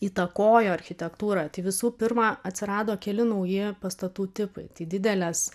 įtakojo architektūrą tai visų pirma atsirado keli nauji pastatų tipai tai didelės